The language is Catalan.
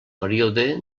període